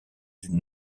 d’une